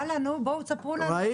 יאללה, נו, בואו תספרו לנו.